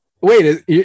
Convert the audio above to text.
Wait